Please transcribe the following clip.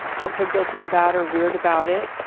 don't feel guilty and bad or weird about it.